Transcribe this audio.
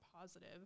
positive